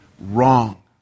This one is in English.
wrong